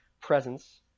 presence